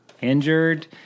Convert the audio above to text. injured